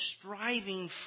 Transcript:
striving